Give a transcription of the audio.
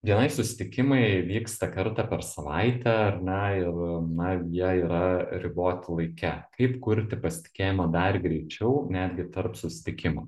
bni susitikimai vyksta kartą per savaitę ar ne ir na jie yra riboti laike kaip kurti pasitikėjimą dar greičiau netgi tarp susitikimų